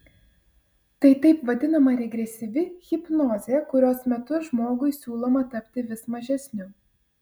tai taip vadinama regresyvi hipnozė kurios metu žmogui siūloma tapti vis mažesniu